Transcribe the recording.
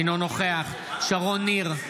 אינו נוכח שרון ניר,